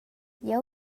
jeu